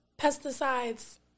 pesticides